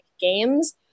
games